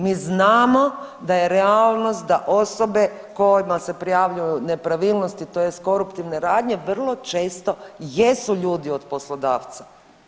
Mi znamo da je realnost da osobe kojima se prijavljuju nepravilnost tj. koruptivne radnje vrlo često ljudi od poslodavca.